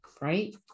right